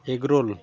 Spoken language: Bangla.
এগরোল